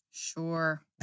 Sure